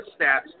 stats